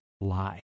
lie